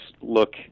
look